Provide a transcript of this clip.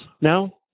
no